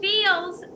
Feels